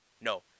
No